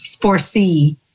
foresee